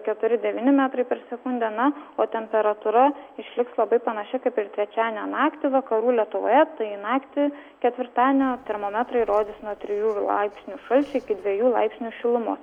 keturi devyni metrai per sekundę na o temperatūra išliks labai panaši kaip ir trečiadienio naktį vakarų lietuvoje tai naktį ketvirtadienio termometrai rodys nuo trijų laipsnių šalčio iki dviejų laipsnių šilumos